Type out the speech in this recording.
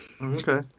okay